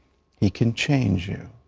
he can change you.